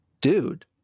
Dude